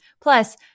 Plus